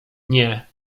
nie